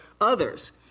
others